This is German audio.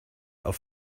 auf